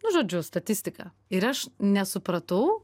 nu žodžiu statistiką ir aš nesupratau